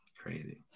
Crazy